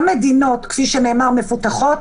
גם לגבי מדינות מפותחות,